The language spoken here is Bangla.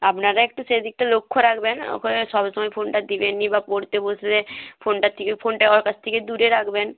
আপনারা একটু সেদিকটা লক্ষ্য রাখবেন ওকে সব সময়ে ফোনটা দেবেন না বা পড়তে বসলে ফোনটার থেকে ফোনটা ওর কাছ থেকে দূরে রাখবেন